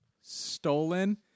stolen